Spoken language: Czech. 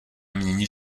měnit